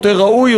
יותר ראוי,